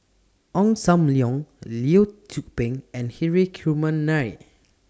Ong SAM Leong Lee Tzu Pheng and Hri Kumar Nair